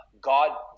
God